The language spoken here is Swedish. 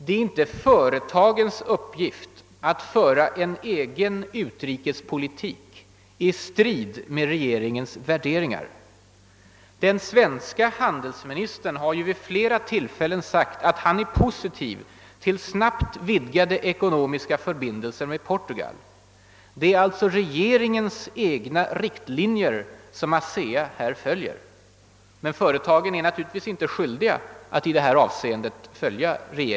Det är inte företagens uppgift att föra en egen utrikespolitik i strid med regeringens värderingar. Den svenske handelsministern har vid flera tillfällen sagt att han är positiv till snabbt vidgade ekonomiska förbindel ser med Portugal. Det är alltså regeringens egna riktlinjer som ASEA här följer, även om företagen naturligtvis inte är skyldiga att i detta avseende göra det.